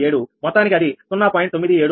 037 మొత్తానికి అది 0